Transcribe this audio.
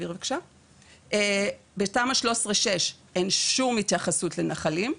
בתמ"א 6/13 אין שום התייחסות לנחלים.